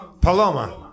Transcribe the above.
Paloma